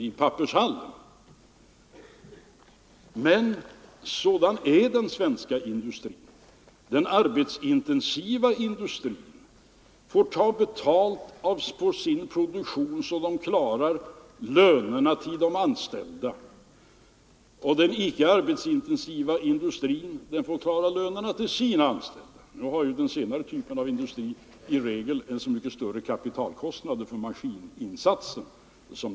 Men oavsett om det är fråga om arbetsintensiv eller icke arbetsintensiv industri får den ta betalt för sin produktion så att man klarar lönerna till de anställda. Den senare typen av industri har i regel en mycket högre kapitalkostnad för sin maskinpark.